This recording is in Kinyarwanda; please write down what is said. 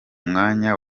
mwanya